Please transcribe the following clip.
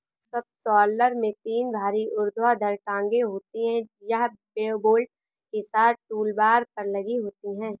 subsoiler में तीन भारी ऊर्ध्वाधर टांगें होती हैं, यह बोल्ट के साथ टूलबार पर लगी होती हैं